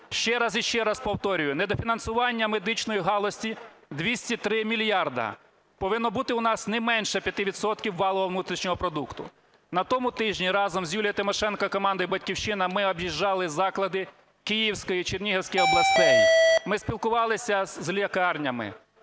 Ще раз і ще раз повторюю, недофінансування медичної галузі – 203 мільярди. Повинно бути у нас не менше 5 відсотків валового внутрішнього продукту. На тому тижні разом з Юлією Тимошенко і командою "Батьківщини" ми об'їжджали заклади Київської і Чернігівської областей. Ми спілкувалися з лікарнями.